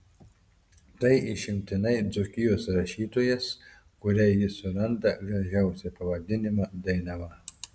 tai išimtinai dzūkijos rašytojas kuriai jis suranda gražiausią pavadinimą dainava